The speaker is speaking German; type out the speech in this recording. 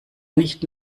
nicht